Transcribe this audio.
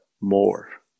more